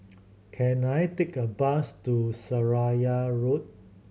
can I take a bus to Seraya Road